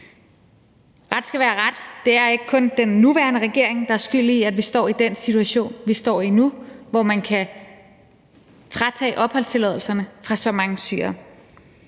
Ret skal være ret – det er ikke kun den nuværende regering, der er skyld i, at vi står i den situation, vi står i nu, hvor man kan fratage opholdstilladelserne fra så mange syrere.